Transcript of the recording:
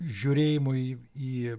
žiūrėjimui į